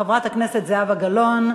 חברת הכנסת זהבה גלאון,